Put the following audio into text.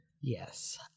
Yes